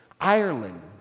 Ireland